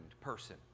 person